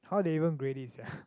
how they even grade this sia